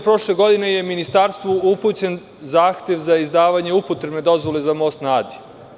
Prošle godine, 25. novembra je Ministarstvu upućen zahtev za izdavanje upotrebne dozvole za Most na Adi.